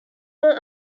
were